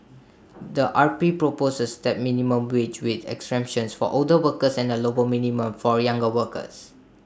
the R P proposed A stepped minimum wage with exemptions for older workers and A lower minimum for younger workers